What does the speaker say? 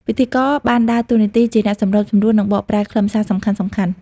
ពិធីករបានដើរតួនាទីជាអ្នកសម្របសម្រួល និងបកប្រែខ្លឹមសារសំខាន់ៗ។